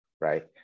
right